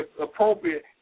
appropriate